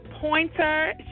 Pointer